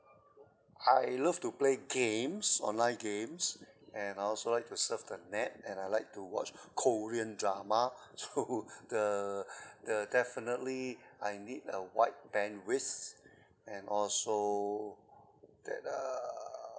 I love to play games online games and I also like to surf the net and I like to watch korean drama so the the definitely I need a wide bandwidth and also that err